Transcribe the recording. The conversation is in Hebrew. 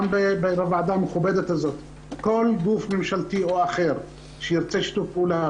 גם בוועדה המכובדת הזאת: כל גוף ממשלתי או אחר שירצו שיתוף פעולה,